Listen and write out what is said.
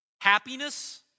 happiness